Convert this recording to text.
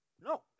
No